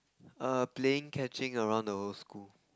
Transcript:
err playing catching around the whole school